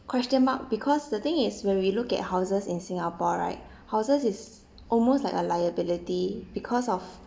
question mark because the thing is when we look at houses in singapore right houses is almost like a liability because of